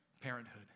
parenthood